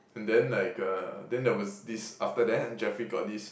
and then like uh then there was this after that then Jeffrey got this